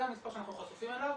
זה המספר שאנחנו חשופים אליו,